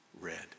red